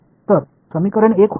तर समीकरण 1 होईल